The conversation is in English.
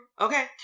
okay